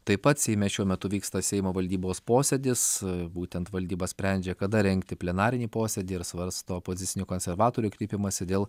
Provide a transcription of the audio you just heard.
taip pat seime šiuo metu vyksta seimo valdybos posėdis būtent valdyba sprendžia kada rengti plenarinį posėdį ir svarsto opozicinių konservatorių kreipimąsi dėl